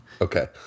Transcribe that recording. Okay